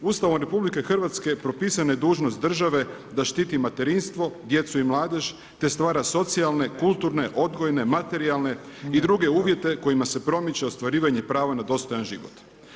Ustavom RH propisana je dužnost države da štiti materinstvo, djecu i mladež te stvara socijalne, kulturne, odgojne, materijalne i druge uvjete kojima se promiče ostvarivanje prava na dostojan život.